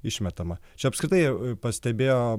išmetama čia apskritai pastebėjo